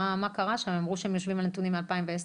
הם אמרו שהם יושבים על נתונים מ-2010.